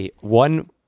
one